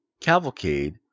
cavalcade